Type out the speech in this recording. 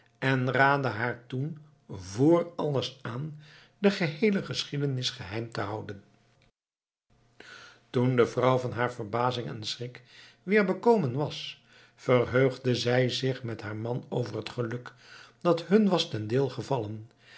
en raadde haar toen vr alles aan de heele geschiedenis geheim te houden toen de vrouw van haar verbazing en schrik weer bekomen was verheugde zij zich met haar man over het geluk dat hun was ten deel gevallen